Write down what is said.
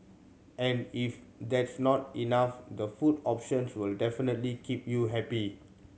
and if that's not enough the food options will definitely keep you happy